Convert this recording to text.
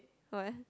why